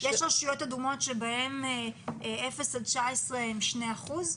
רשויות אדומות בהן אפס עד 19 הם שני אחוזים?